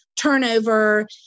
turnover